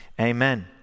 amen